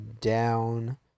down